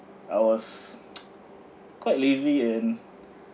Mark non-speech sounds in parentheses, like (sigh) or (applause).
I was (noise) quite lazy and